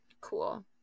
Cool